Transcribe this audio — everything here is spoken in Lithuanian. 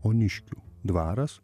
oniškių dvaras